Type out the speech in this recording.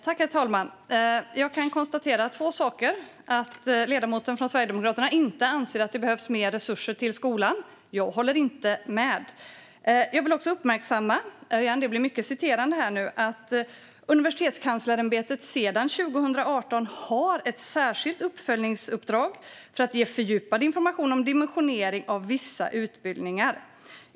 Herr talman! Jag kan konstatera två saker. Den sverigedemokratiske ledamoten anser inte att det behövs mer resurser till skolan. Det håller jag inte med om. Jag vill också uppmärksamma att Universitetskanslersämbetet sedan 2018 har ett särskilt uppföljningsuppdrag för att ge fördjupad information om dimensionering av vissa utbildningar.